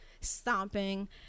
stomping